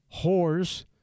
whores